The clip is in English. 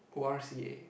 O R C A